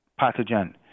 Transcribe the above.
pathogen